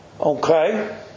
Okay